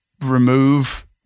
remove